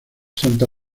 santa